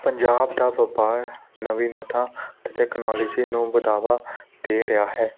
ਪੰਜਾਬ ਦਾ ਵਪਾਰ ਨਵੀਨਤਾ ਅਤੇ ਤੈਕਨੋਲਜੀ ਨੂੰ ਵਧਾਵਾ ਦੇ ਰਿਹਾ ਹੈ